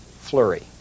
flurry